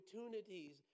opportunities